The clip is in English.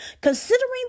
Considering